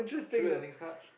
should have next cart